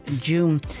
June